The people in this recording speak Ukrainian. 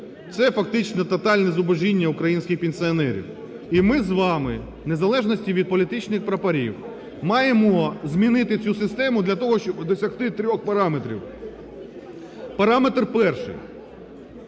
це фактично тотальне зубожіння українських пенсіонерів. І ми з вами в незалежності від політичних прапорів маємо змінити цю систему для того, щоб досягти трьох параметрів. Параметр перший.